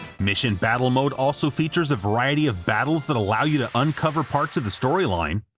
mission battle mode also features a variety of battles that allow you to uncover parts of the storyline,